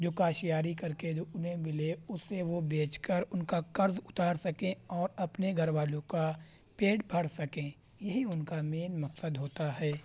جو کاشتکاری کرکے جو انہیں ملے اسے وہ بیچ کر ان کا قرض اتار سکیں اور اپنے گھر والوں کا پیٹ بھر سکیں یہی ان کا مین مقصد ہوتا ہے